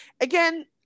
Again